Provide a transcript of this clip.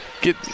get